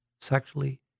sexually